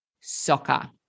soccer